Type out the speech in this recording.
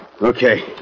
Okay